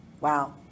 Wow